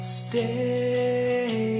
stay